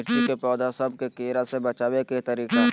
मिर्ची के पौधा सब के कीड़ा से बचाय के तरीका?